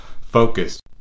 focus